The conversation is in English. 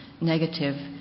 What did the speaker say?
negative